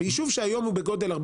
ביישוב שיש בו היום 400,